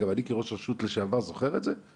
גם אני כראש רשות לשעבר זוכר את זה.